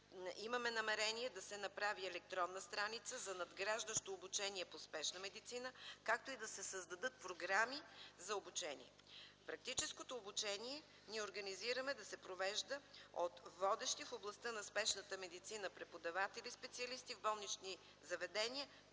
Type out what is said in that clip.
Имаме намерения да се направи електронна страница за надграждащо обучение по спешна медицина, както и да се създадат програми за обучението. Практическото обучение организираме да се провежда от водещи в областта на спешната медицина преподаватели и специалисти в болнични заведения,